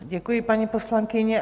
Děkuji, paní poslankyně.